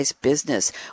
business